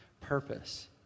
purpose